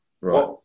right